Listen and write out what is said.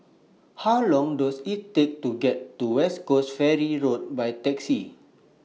How Long Does IT Take to get to West Coast Ferry Road By Taxi